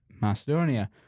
Macedonia